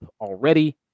already